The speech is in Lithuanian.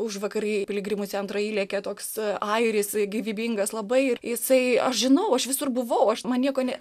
užvakar į piligrimų centrą įlėkė toks airis gyvybingas labai ir jisai aš žinau aš visur buvau aš man nieko ne